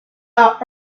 out